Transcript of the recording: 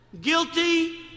Guilty